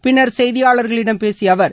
பின்னர் செய்தியாளர்களிடம் பேசிய அவர்